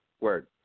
Word